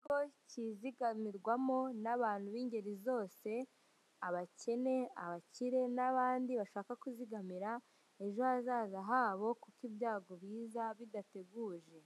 Ikigo cyizigamirwamo n'abantu b'ingeri zose, abakene, abakire n'abandi bashaka kuzigamira ejo hazaza habo, kuko ibyago biza bidateguje,